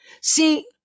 See